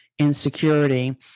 Insecurity